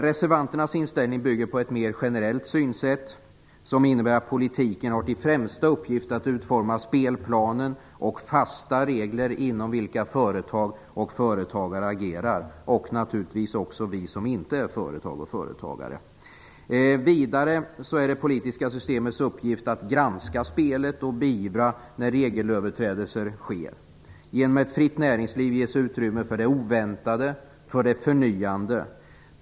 Reservanternas inställning bygger på ett mera generellt synsätt som innebär att politiken har till främsta uppgift att utforma spelplan och fasta regler inom vilka företag och företagare agerar liksom, naturligtvis, vi som inte är företag och företagare. Vidare är det politiska systemets uppgift att granska spelet och att beivra när regelöverträdelser sker. Genom ett fritt näringsliv ges utrymme för det oväntade och det förnyande.